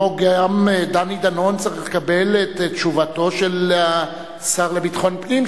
וגם דני דנון צריך לקבל את תשובתו של השר לביטחון פנים,